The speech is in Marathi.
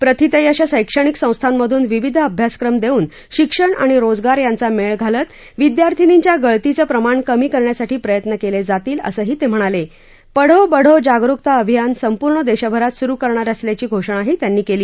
प्रतिथयश शैक्षणिक संस्थांमधून विविध अभ्यासक्रम दस्तिन शिक्षण आणि रोजगार यांचा मछी घालत विद्यार्थ्यांनींच्या गळतीचं प्रमाण करण्यासाठी प्रयत्न कलिज्ञातील असंही तम्हिणाला पढो बढो जागरुकता अभियान संपूर्ण दक्षिमरात सुरु करणार असल्याची घोषणाही त्यांनी कल्ली